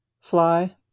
fly